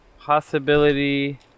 possibility